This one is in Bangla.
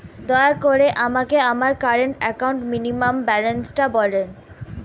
দয়া করে আমাকে আমার কারেন্ট অ্যাকাউন্ট মিনিমাম ব্যালান্সটা বলেন